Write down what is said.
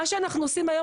היום,